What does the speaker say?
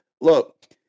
look